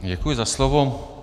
Děkuji za slovo.